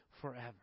forever